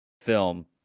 film